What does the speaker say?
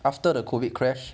after the COVID crash